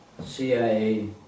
CIA